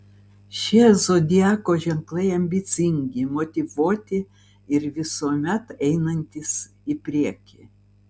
šie zodiako ženklai ambicingi motyvuoti ir visuomet einantys į priekį